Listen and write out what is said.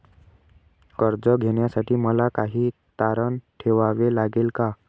कर्ज घेण्यासाठी मला काही तारण ठेवावे लागेल का?